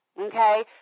Okay